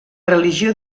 religió